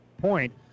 point